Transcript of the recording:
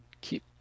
keep